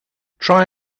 try